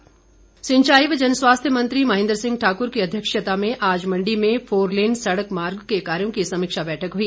महेन्द्र सिंह सिंचाई व जनस्वास्थ्य मंत्री महेन्द्र सिंह ठाकुर की अध्यक्षता में आज मंडी में फोरलेन सड़क मार्ग के कार्यों की समीक्षा बैठक हुई